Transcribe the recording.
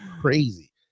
crazy